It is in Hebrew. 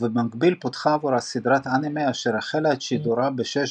ובמקביל פותחה עבורה סדרת אנימה אשר החלה את שידורה ב-6